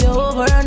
over